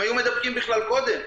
הם היו מדבקים בכלל קודם.